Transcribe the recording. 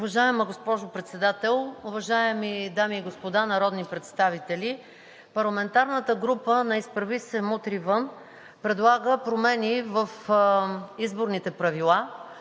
Уважаема госпожо Председател, уважаеми дами и господа народни представители! Парламентарната група на „Изправи се! Мутри вън!“ предлага промени в изборните правила,